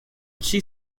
she